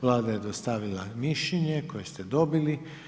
Vlada je dostavila mišljenje koje ste dobili.